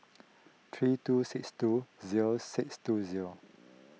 three two six two zero six two zero